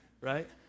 right